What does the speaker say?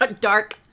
Dark